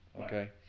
okay